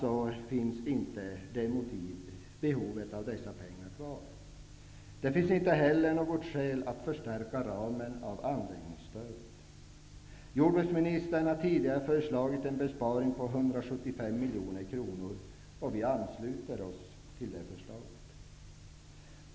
Det finns således inte längre något behov av dessa pengar. Det finns inte heller något skäl att förstärka ramen för anläggningsstödet. Jordbruksministern har tidigare föreslagit en besparing på 175 miljoner kronor. Vi ansluter oss till det förslaget.